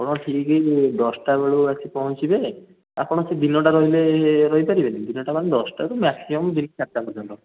ଆପଣ ଠିକ୍ ଦଶଟା ବେଳୁ ଆସି ପହଞ୍ଚିବେ ଆପଣ ସେ ଦିନଟା ରହିଲେ ରହି ପାରିବେନି କି ଦିନଟା ମାନେ ଦଶଟାରୁ ମେକ୍ସିମମ୍ ଦିନ ଚାରଟା ପର୍ଯ୍ୟନ୍ତ